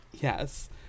Yes